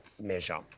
measure